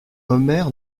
omer